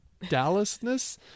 dallasness